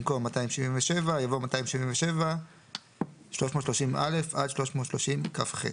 במקום "277" יבוא "277 330א עד 330כח".